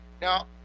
Now